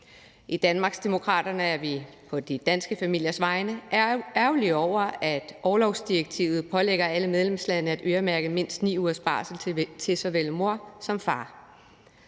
I Danmarksdemokraterne er vi på de danske familiers vegne ærgerlige over, at orlovsdirektivet pålægger alle medlemslande at øremærke mindst 9 ugers barsel til såvel moren som faren.